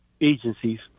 agencies